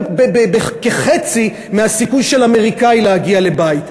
בחצי מהסיכוי של אמריקני להגיע לבית,